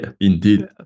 indeed